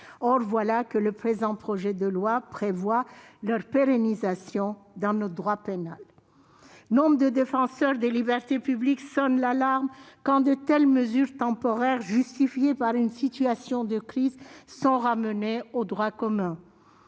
Or voilà que le présent projet de loi prévoit leur pérennisation dans notre droit pénal ! Nombre de défenseurs des libertés publiques sonnent l'alarme lorsque de telles mesures temporaires justifiées par une situation de crise sont intégrées dans le droit commun.